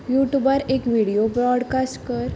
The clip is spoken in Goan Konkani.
युटुबार एक विडयो ब्रॉडकास कर